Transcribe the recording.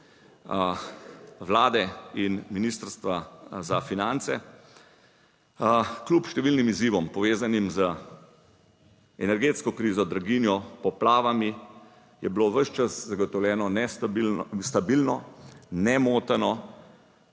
Vlade in Ministrstva za finance. Kljub številnim izzivom, povezanim z energetsko krizo, draginjo, poplavami je bilo ves čas zagotovljeno nestabilno, stabilno,